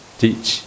teach